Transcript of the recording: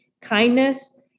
kindness